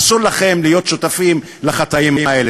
אסור לכם להיות שותפים לחטאים האלה.